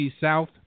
South